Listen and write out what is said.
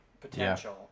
Potential